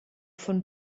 von